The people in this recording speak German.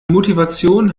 motivation